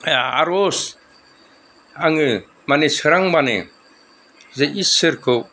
आर'ज आङो माने सोरांबानो जे इसोरखौ